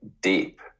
deep